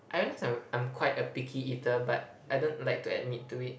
I realised I'm I'm quite a picky eater but I don't like to admit to it